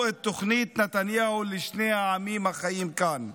את תוכנית נתניהו לשני העמים החיים כאן: